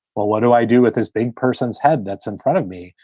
well, what do i do with this big person's head that's in front of me?